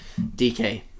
DK